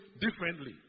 differently